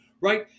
right